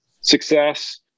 success